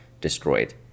destroyed